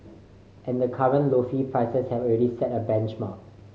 and the current lofty prices have already set a benchmark